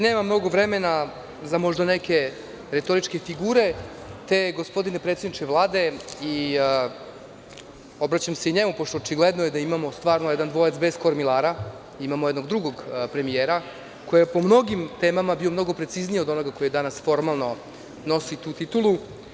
Nema mnogo vremena za možda neke retoričke figure, te gospodine predsedniče Vlade, obraćam se njemu pošto je očigledno da imamo stvarno jedan dvojac bez kormilara, imamo jednog drugog premijera, koji je po mnogim temama bio mnogo precizniji od ovoga koji danas formalno nosi tu titulu.